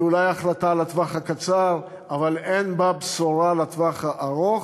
היא אולי החלטה לטווח הקצר אבל אין בה בשורה לטווח הארוך,